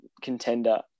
contender